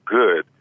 good